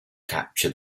capture